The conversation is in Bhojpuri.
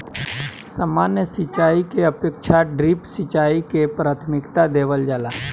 सामान्य सिंचाई के अपेक्षा ड्रिप सिंचाई के प्राथमिकता देवल जाला